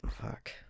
fuck